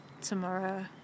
tomorrow